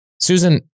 Susan